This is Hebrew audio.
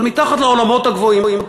אבל מתחת לעולמות הגבוהים,